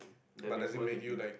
that makes always makes me